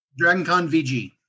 DragonConVG